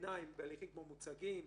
בהליכים כמו מוצגים.